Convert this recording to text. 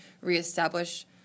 reestablish